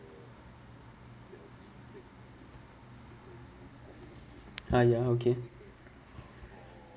ah ya okay